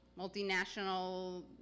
multinational